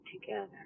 together